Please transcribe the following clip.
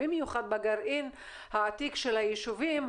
במיוחד בגרעין העתיק של היישובים,